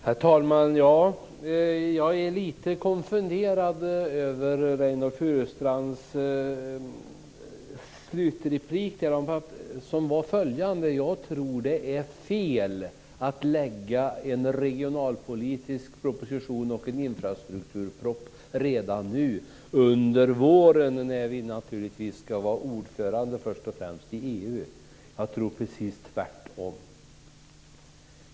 Herr talman! Jag är lite konfunderad över Reynoldh Furustrands slutreplik, som var följande: Jag tror att det är fel att lägga fram en regionalpolitisk proposition och en infrastrukturproposition redan under våren, när vi först och främst ska vara ordförande i EU. Jag tror precis tvärtom.